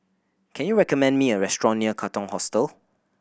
can you recommend me a restaurant near Katong Hostel